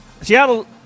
Seattle